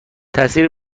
تاثیر